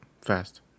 fast